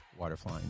waterflying